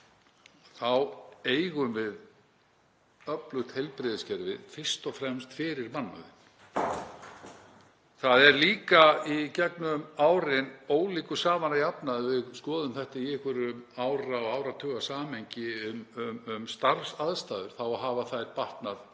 þá eigum við öflugt heilbrigðiskerfi fyrst og fremst fyrir mannauðinn. Það er líka, í gegnum árin, ólíku saman að jafna. Ef við skoðum þetta í samhengi ára og áratuga um starfsaðstæður, þá hafa þær batnað verulega.